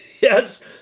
Yes